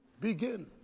begin